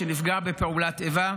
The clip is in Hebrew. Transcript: שנפגע בפעולת איבה,